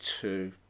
two